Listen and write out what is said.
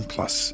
Plus